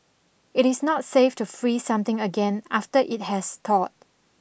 it is not safe to freeze something again after it has thawed